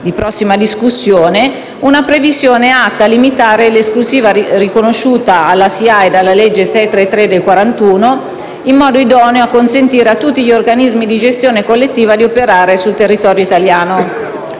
di prossima discussione una previsione atta a limitare l'esclusiva riconosciuta alla SIAE dalla legge n. 633 del 1941, in modo idoneo a consentire a tutti gli organismi di gestione collettiva di operare sul territorio italiano».